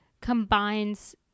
combines